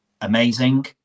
amazing